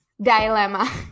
dilemma